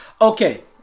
Okay